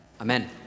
Amen